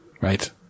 Right